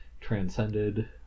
transcended